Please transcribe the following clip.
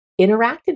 interacted